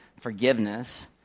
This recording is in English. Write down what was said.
forgiveness